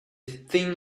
thin